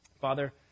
Father